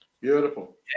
Beautiful